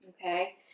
okay